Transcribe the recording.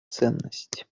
ценность